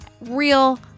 real